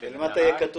אצל הנהג.